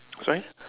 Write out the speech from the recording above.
sorry